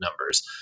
numbers